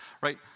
right